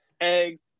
eggs